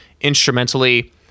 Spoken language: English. instrumentally